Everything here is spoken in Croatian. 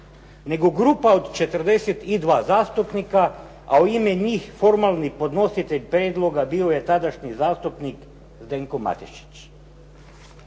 nego grupa od 42 zastupnika, a u ime njih formalni podnositelj prijedloga bio je tadašnji zastupnik Zdenko Matišić.